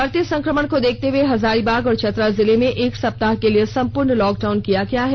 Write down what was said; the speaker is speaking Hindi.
बढ़ते संक्रमण को देखते हुए हजारीबाग और चतरा जिले में एक सप्ताह के लिए संपूर्ण लॉकडाउन किया गया है